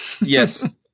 Yes